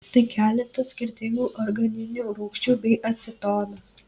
tai keletas skirtingų organinių rūgščių bei acetonas